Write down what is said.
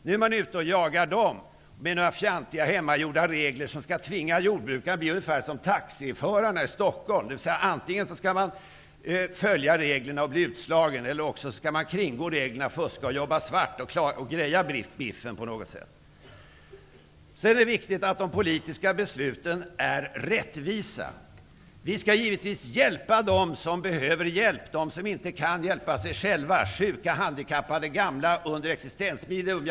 Nu jagas jordbrukarna med några fjantiga hemmagjorda regler som skall tvinga dem att bli ungefär som taxiförarna i Stockholm. De kan antingen följa reglerna och bli utslagna eller också kan de kringgå reglerna, fuska och jobba svart för att på något sätt greja biffen. Det är viktigt att de politiska besluten är rättvisa. Vi skall givetvis hjälpa dem som behöver hjälp, de som inte kan hjälpa sig själva, dvs. sjuka, handikappade och gamla som lever under existensminimum.